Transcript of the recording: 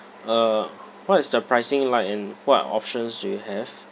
uh what is the pricing like and what options do you have